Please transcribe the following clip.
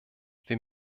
wir